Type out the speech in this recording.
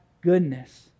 goodness